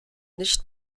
nicht